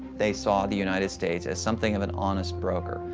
they saw the united states as something of an honest broker,